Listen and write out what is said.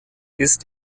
ist